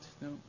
No